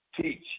teach